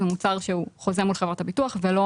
זה מוצר שהוא חוזה מול חברת הביטוח ולא